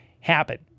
happen